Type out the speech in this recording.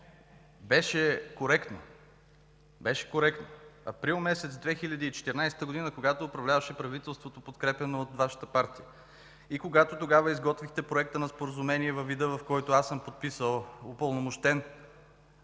беше коректно през месец април 2014 г., когато управляваше правителството, подкрепяно от Вашата партия, и когато тогава изготвихте Проекта на споразумение във вида, в който аз съм подписал, упълномощен,